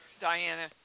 Diana